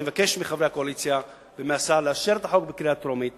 אני מבקש מחברי הקואליציה ומהשר לאשר את החוק בקריאה טרומית